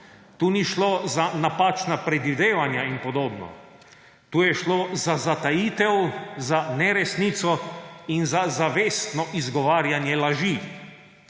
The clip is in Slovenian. tu ni šlo za napačna predvidevanja in podobno. Tu je šlo za zatajitev, za neresnico in za zavestno izgovarjanje laži.